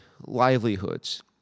livelihoods